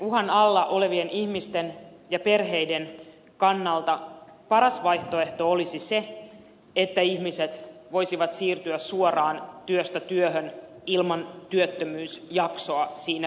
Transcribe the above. irtisanomisuhan alla olevien ihmisten ja perheiden kannalta paras vaihtoehto olisi se että ihmiset voisivat siirtyä suoraan työstä työhön ilman työttömyysjaksoa siinä välillä